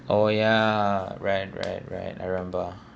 oh ya right right right I remember